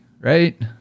right